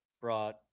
brought